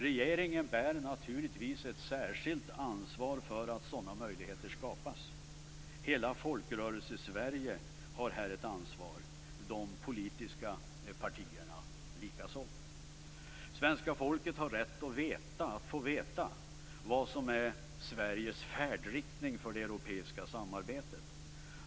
Regeringen bär naturligtvis ett särskilt ansvar för att sådana möjligheter skapas. Hela Folkrörelsesverige har här ett ansvar och de politiska partierna likaså. Svenska folket har rätt att få veta vad det är som är Sveriges färdriktning för det europeiska samarbetet.